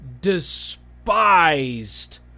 despised